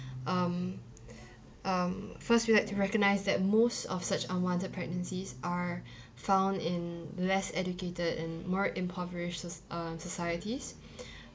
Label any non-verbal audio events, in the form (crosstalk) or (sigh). um um first we like to recognise that most of such unwanted pregnancies are (breath) found in less educated and more impoverished soc~ uh societies (breath)